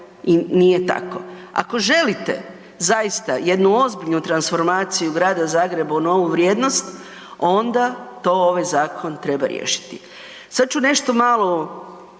i nije tako. Ako želite zaista jednu ozbiljnu transformaciju grada Zagreba u novu vrijednost, onda to ovaj zakon treba riješiti. Sad ću nešto malo